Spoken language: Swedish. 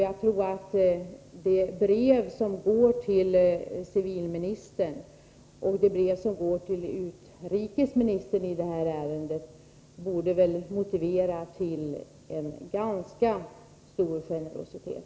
Jag tror att de brev som i detta ärende går till civilministern och utrikesministern bör motivera en ganska stor generositet.